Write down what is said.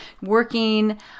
working